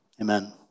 Amen